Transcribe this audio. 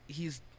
hes